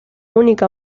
única